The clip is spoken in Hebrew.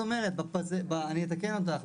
אני אתקן אותך.